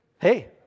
hey